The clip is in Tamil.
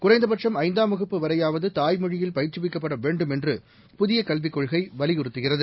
குறைந்தபட்சம் ஐந்தாம் வகுப்பு வரையாவதுதாய்மொழியில் பயிற்றுவிக்கப்படவேண்டும் என்று புதியகல்விக் கொள்கைவலியுறுத்துகிறது